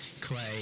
clay